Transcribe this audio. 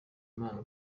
imana